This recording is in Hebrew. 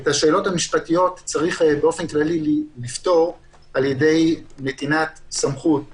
את השאלות המשפטיות צריך באופן כללי לפתור על ידי נתינת סמכות לרשויות,